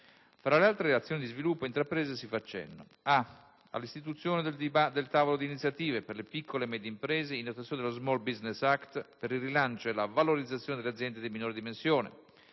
Tra le altre azioni di sviluppo intraprese si fa cenno all'istituzione del "tavolo di iniziative" per le piccole e medie imprese in attuazione dello *small business act* per il rilancio e la valorizzazione delle aziende di minore dimensione.